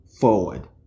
forward